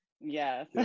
Yes